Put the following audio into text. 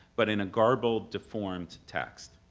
but in a garbled, deformed text.